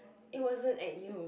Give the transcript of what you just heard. it wasn't at you